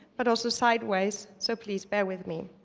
but also sideways. so please bear with me.